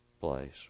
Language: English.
place